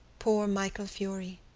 poor michael furey.